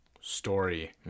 story